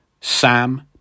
sam